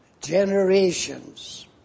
generations